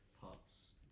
parts